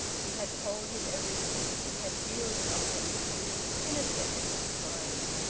she had told him everything, she had yielded up her mystery, in a second of time.